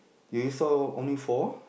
do you saw only four